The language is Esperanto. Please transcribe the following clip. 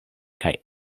kaj